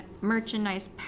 merchandise